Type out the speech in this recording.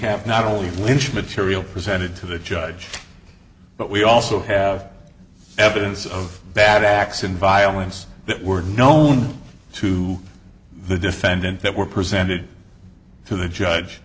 have not only lynch material presented to the judge but we also have evidence of bad acts of violence that were known to the defendant that were presented to the judge